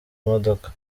imodoka